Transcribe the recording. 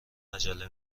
عجله